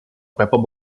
pepper